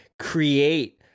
create